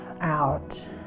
out